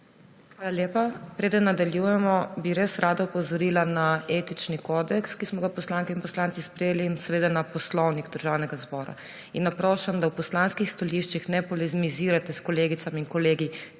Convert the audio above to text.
Hvala lepa. Preden nadaljujemo, bi res rada opozorila na Etični kodeks, ki smo ga poslanke in poslanci sprejeli, in seveda na Poslovnik Državnega zbora in naprošam, da v poslanskih stališčih ne polemizirate s kolegicami in kolegi, ki nimajo